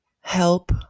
help